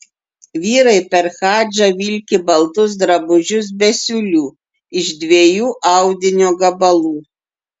vyrai per hadžą vilki baltus drabužius be siūlių iš dviejų audinio gabalų